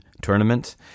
Tournament